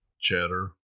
cheddar